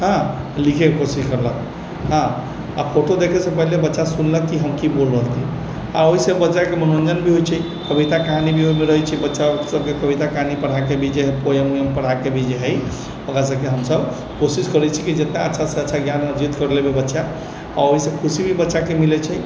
हंँ लिखएके कोशिश केलक हँ आ फोटो देखै से पहिले बच्चा सुनलक कि हम की बोल रहलियै आ ओहिसँ बच्चाके मनोरञ्जन भी होइत छै कविता कहानी भी रहैत छै बच्चा सभके कविता कहानी पढ़ाके भी जे हइ पोएम ओएम पढ़ाके भी जे हइ ओकरा सभकेँ हमसभ कोशिश करैत छी कि जेतना अच्छा से अच्छा ज्ञान अर्जित कर लेवे बच्चा आओर ओहिसँ खुशी भी बच्चाके मिलैत छै